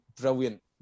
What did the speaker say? brilliant